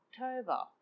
October